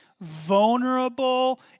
vulnerable